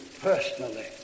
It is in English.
personally